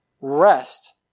rest